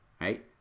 right